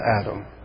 Adam